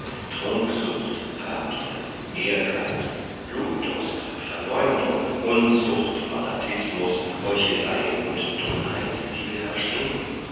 trunksucht habgier ehrgeiz blutdurst verleumdung unzucht fanatismus heuchelei und dummheit sie beherrschten